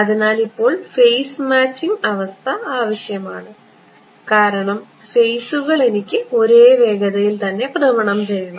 അതിനാൽ ഇപ്പോൾ phase matching അവസ്ഥ ആവശ്യമാണ് കാരണം ഫേസുകൾ എനിക്ക് ഒരേ വേഗതയിൽ തന്നെ ഭ്രമണം ചെയ്യണം